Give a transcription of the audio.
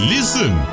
Listen